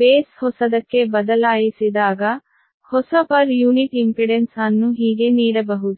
B ಹೊಸದಕ್ಕೆ ಬದಲಾಯಿಸಿದಾಗ ಹೊಸ ಪರ್ ಯೂನಿಟ್ ಇಂಪಿಡೆನ್ಸ್ ಅನ್ನು ಹೀಗೆ ನೀಡಬಹುದು